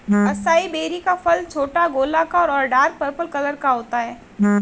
acai berry का फल छोटा, गोलाकार और डार्क पर्पल कलर का होता है